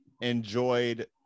enjoyed